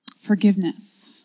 Forgiveness